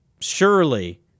Surely